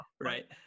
right